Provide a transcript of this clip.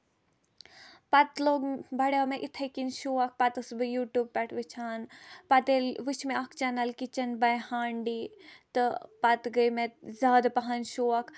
پَتہٕ لوٚگ بَڑیو مےٚ یِتھٕے کٕنۍ شوق پَتہٕ ٲسٕس بہٕ یوٗٹوٗب پٮ۪ٹھ وٕچھان پَتہٕ ییٚلہِ وٕچھ مےٚ اکھ چنل کِچن باے ہانڈی تہٕ پَتہٕ گٔے مےٚ زیادٕ پَہن شوق